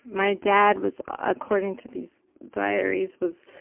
my dad was, according to these diaries, was